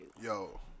yo